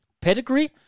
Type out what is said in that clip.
pedigree